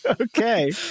Okay